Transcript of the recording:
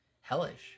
hellish